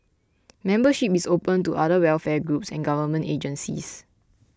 membership is open to other welfare groups and government agencies